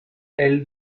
elle